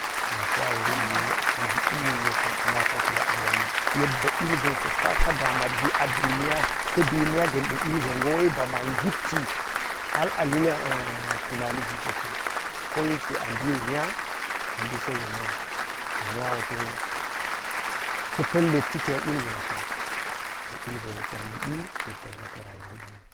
To shawan go yek a ngiɓi, yek ana tafiya a dani yek ba̱ ilgon po saka danmat gi adudi yo ka̱ duniya ga̱n de ilga̱n go we ba man ngipti hal a hil tunani gi kaso. Koyeke a mbiwo nya – a mbi so go nya. To nya woto ya pa̱l letti ten ilgon so. To ilgwe yek a ngiɓi yek da̱mi ka rayuwa giwu.